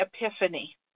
epiphany